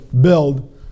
build